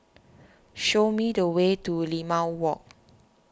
show me the way to Limau Walk